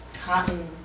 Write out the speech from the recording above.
cotton